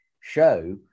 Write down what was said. show